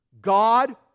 God